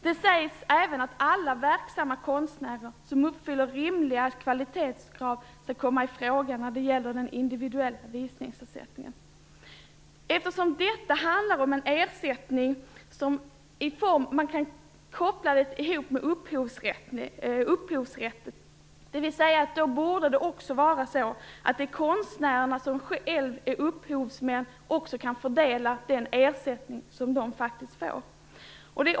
Det framhålls att alla verksamma konstnärer som uppfyller rimliga kvalitetskrav skall kunna komma i fråga för den individuella visningsersättningen. Eftersom det handlar om en ersättning som kan kopplas ihop med upphovsrätten, bör konstnärer som är upphovsmän kunna tilldelas visningsersättning.